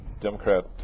Democrat